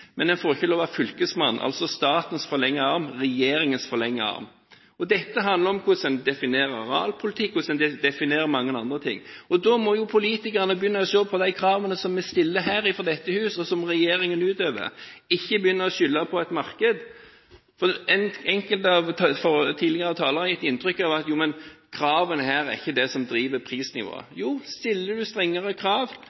men en får ikke lov av Fylkesmannen, altså statens forlengende arm, regjeringens forlengede arm. Dette handler om hvordan en definerer realpolitikk, og om hvorledes en definerer mange andre ting. Da må jo politikerne begynne å se på de kravene som vi stiller fra dette hus, og som regjeringen må følge opp, ikke begynne å skylde på et marked. Enkelte av tidligere talere har gitt inntrykk av at kravene her ikke er det som driver